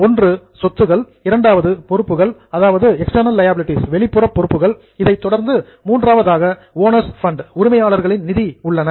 ஒன்று சொத்துக்கள் இரண்டாவது பொறுப்புகள் அதாவது எக்ஸ்டர்னல் லியாபிலிடீஸ் வெளிப்புற பொறுப்புகள் இதைத் தொடர்ந்து மூன்றாவதாக ஓனர்ஸ் பண்ட் உரிமையாளர்கள் நிதி உள்ளன